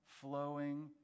flowing